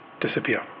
disappear